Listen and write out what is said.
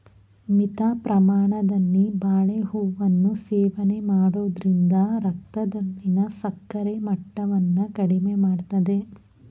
ಮಿತ ಪ್ರಮಾಣದಲ್ಲಿ ಬಾಳೆಹೂವನ್ನು ಸೇವನೆ ಮಾಡೋದ್ರಿಂದ ರಕ್ತದಲ್ಲಿನ ಸಕ್ಕರೆ ಮಟ್ಟವನ್ನ ಕಡಿಮೆ ಮಾಡ್ತದೆ